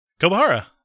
Kobahara